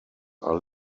are